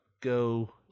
go